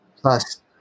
plus